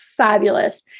Fabulous